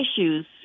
issues